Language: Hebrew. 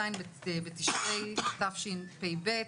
ז' בתשרי תשפ"ב,